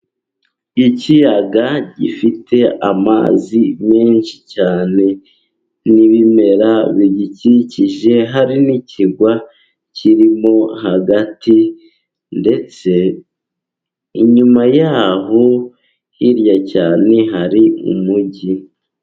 Ikiyaga gifite amazi menshi cyane, n'ibimera bigikikije. Hari n'ikirwa kirimo hagati, ndetse inyuma yaho hirya cyane hari umujyi.